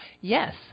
Yes